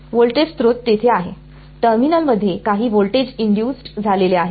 voltage स्त्रोत तेथे आहे टर्मिनल मध्ये काही व्होल्टेज इंड्युसड् झालेले आहे